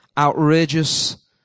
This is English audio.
outrageous